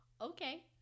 okay